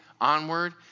onward